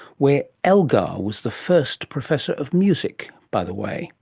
where elgar was the first professor of music, by the way